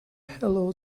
hello